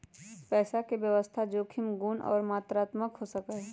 पैसा के व्यवस्था जोखिम गुण और मात्रात्मक हो सका हई